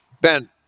Ben